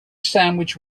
sandwich